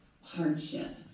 hardship